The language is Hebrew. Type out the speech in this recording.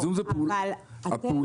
אבל אתם מוציאים תקנות.